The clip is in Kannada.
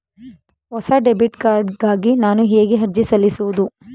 ಹೊಸ ಡೆಬಿಟ್ ಕಾರ್ಡ್ ಗಾಗಿ ನಾನು ಹೇಗೆ ಅರ್ಜಿ ಸಲ್ಲಿಸುವುದು?